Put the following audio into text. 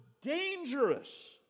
dangerous